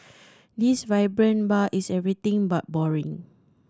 this vibrant bar is everything but boring